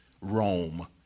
Rome